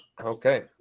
Okay